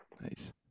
nice